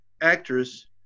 actress